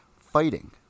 fighting